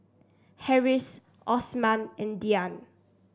Harris Osman and Dian